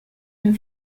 une